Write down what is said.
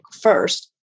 first